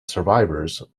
survivors